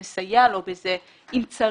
אנחנו נסייע לו בזה אם צריך,